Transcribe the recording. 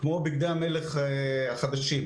כמו בגדי המלך החדשים,